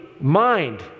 mind